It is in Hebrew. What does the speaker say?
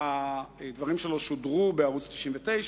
הדברים שלו שודרו בערוץ-99.